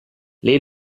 lei